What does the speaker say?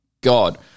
God